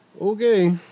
Okay